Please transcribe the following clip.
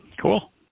Cool